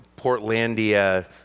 Portlandia